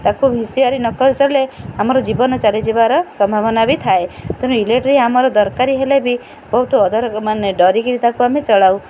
ତାକୁ ହୁସିଆରି ନ କରି ଚଳିଲେ ଆମର ଜୀବନ ଚାଲିଯିବାର ସମ୍ଭାବନା ବି ଥାଏ ତେଣୁ ଇଲେକ୍ଟ୍ରିକ୍ ଆମର ଦରକାରୀ ହେଲେ ବି ବହୁତ ମାନେ ଡରିକରି ତାକୁ ଆମେ ଚଳାଉ